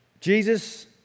Jesus